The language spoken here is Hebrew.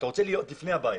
אתה רוצה להיות לפני הבעיה.